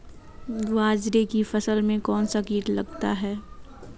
बाजरे की फसल में कौन सा कीट लगता है?